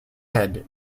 head